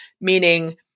meaning